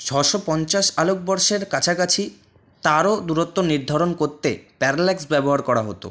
ছশো পঞ্চাশ আলোকবর্ষের কাছাকাছি তারও দূরত্ব নির্ধারণ করতে প্যারাল্যাক্স ব্যবহার করা হত